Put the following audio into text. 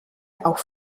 auch